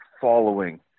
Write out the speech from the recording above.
following